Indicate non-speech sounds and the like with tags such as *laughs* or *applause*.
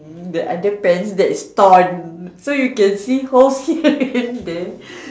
the underpants that's torn so you can see whole *laughs* there